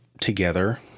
together